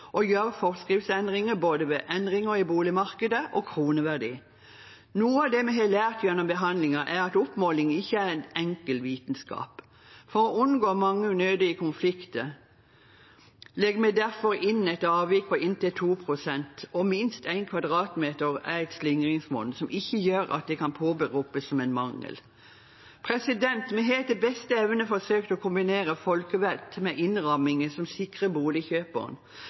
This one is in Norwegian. forskriftsendringer både ved endringer i boligmarkedet og i kroneverdi. Noe av det vi har lært gjennom behandlingen, er at oppmåling ikke er en enkel vitenskap. For å unngå mange unødige konflikter legger vi derfor inn et avvik på inntil 2 pst. og 1 m 2 som et slingringsmonn som gjør at det ikke kan påberopes som en mangel. Vi har etter beste evne forsøkt å kombinere folkevett med innramminger som sikrer